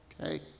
okay